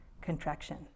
contraction